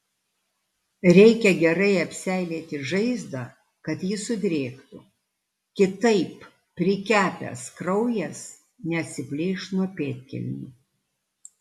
reikia gerai apseilėti žaizdą kad ji sudrėktų kitaip prikepęs kraujas neatsiplėš nuo pėdkelnių